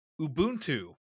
Ubuntu